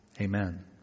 Amen